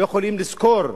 לא יכולים לשכור,